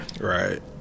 Right